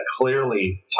clearly